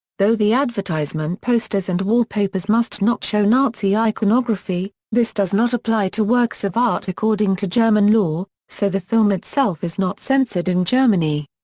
though the advertisement posters and wallpapers must not show nazi iconography, this does not apply to works of art according to german law, so the film itself is not censored in germany.